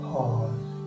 Pause